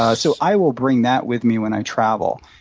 ah so i will bring that with me when i travel.